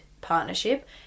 partnership